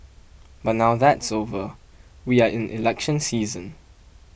but now that's over we are in election season